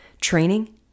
training